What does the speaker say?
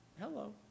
Hello